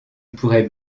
pourrais